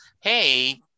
hey